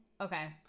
Okay